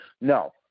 no